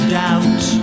doubt